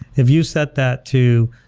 if you set that to